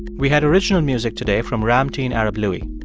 we had original music today from ramtin arablouei.